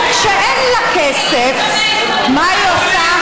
וכשאין לה כסף, מה היא עושה?